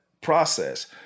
process